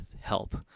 help